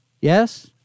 Yes